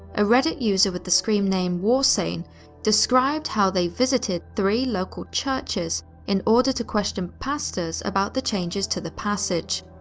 a reddit user with the screenname warsane described how they visited three local churches in order to question pastors about the changes to the passage.